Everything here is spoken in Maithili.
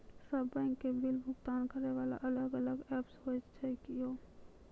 सब बैंक के बिल भुगतान करे वाला अलग अलग ऐप्स होय छै यो?